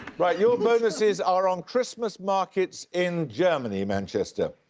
right, your bonuses are on christmas markets in germany, manchester.